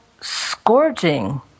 scourging